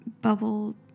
bubble